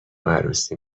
عروسی